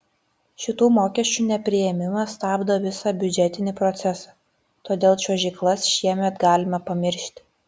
šitų mokesčių nepriėmimas stabdo visą biudžetinį procesą todėl čiuožyklas šiemet galime pamiršti